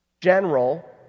general